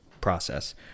process